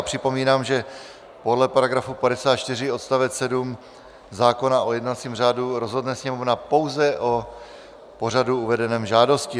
Připomínám, že podle § 54 odst. 7 zákona o jednacím řádu rozhodne Sněmovna pouze o pořadu uvedeném v žádosti.